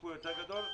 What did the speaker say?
משיפוי גדול יותר.